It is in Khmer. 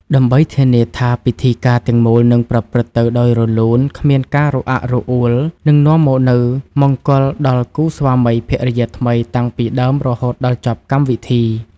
ដើម្បីធានាថាពិធីការទាំងមូលនឹងប្រព្រឹត្តទៅដោយរលូន គ្មានការរអាក់រអួល និងនាំមកនូវមង្គលដល់គូស្វាមីភរិយាថ្មីតាំងពីដើមរហូតដល់ចប់កម្មវិធី។